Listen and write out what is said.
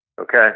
okay